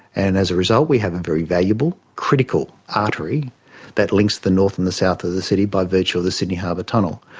and as a result we have a very valuable, critical artery that links the north and the south of the city by virtue of the sydney harbour tunnel.